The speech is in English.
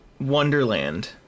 wonderland